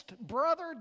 Brother